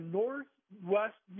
northwest